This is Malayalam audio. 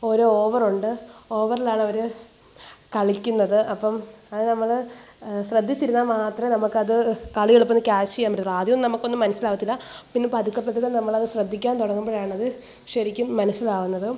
ഒരു ഓവറുണ്ട് ഓവറിലാണ് അവര് കളിക്കുന്നത് അപ്പോള് അത് നമ്മള് ശ്രദ്ധിച്ചിരുന്നാൽ മാത്രമേ നമുക്ക് അത് കളി എളുപ്പത്തിൽ ക്യാച്ച് ചെയ്യാൻ പറ്റത്തുള്ളൂ ആദ്യം ഒന്നും നമുക്കൊന്നും മനസ്സിലാവത്തില്ല പിന്നെ പതുക്കെപ്പതുക്കെ നമ്മളത് ശ്രദ്ധിക്കാൻ തുടങ്ങുമ്പോഴാണ് അത് ശരിക്കും മനസ്സിലാകുന്നത്